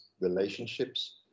relationships